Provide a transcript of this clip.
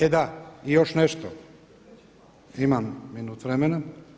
E da, još nešto, imam minut vremena.